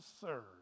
serve